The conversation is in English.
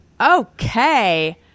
okay